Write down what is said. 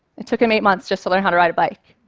it took him eight months just to learn how to ride a bike.